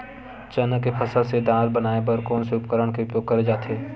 चना के फसल से दाल बनाये बर कोन से उपकरण के उपयोग करे जाथे?